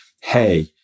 hey